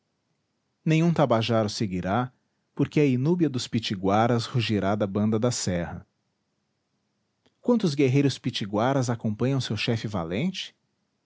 nenhum tabajara o seguirá porque a inúbia dos pitiguaras rugirá da banda da serra quantos guerreiros pitiguaras acompanham seu chefe valente